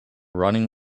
running